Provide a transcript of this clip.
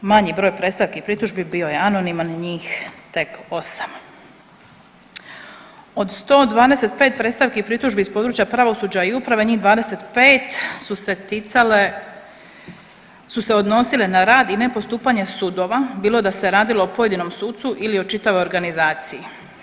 Manji broj predstavki i pritužbi bio je anoniman, njih tek 8. Od 125 predstavki i pritužbi iz područja pravosuđa i uprave njih 25 su se ticale, su se odnosile na rad i nepostupanje sudova bilo da se radilo o pojedinom sucu ili o čitavoj organizaciji.